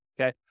Okay